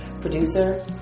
producer